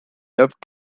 loved